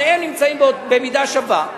שניהם נמצאים במידה שווה,